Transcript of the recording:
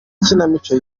ikinamico